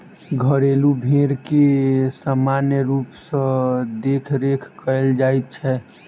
घरेलू भेंड़ के सामान्य रूप सॅ देखरेख कयल जाइत छै